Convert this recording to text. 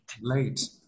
Late